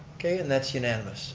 okay and that's unanimous,